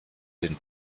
den